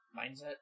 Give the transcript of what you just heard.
mindset